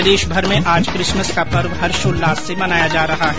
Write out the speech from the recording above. प्रदेशभर में आज किसमस का पर्व हर्षोल्लास से मनाया जा रहा है